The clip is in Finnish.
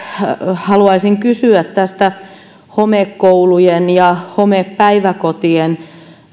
haluaisin kysyä tästä homekoulujen ja homepäiväkotien